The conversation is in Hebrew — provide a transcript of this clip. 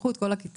שלחו את כל הכיתה.